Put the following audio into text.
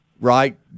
right